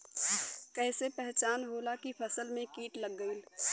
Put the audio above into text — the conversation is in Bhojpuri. कैसे पहचान होला की फसल में कीट लग गईल बा?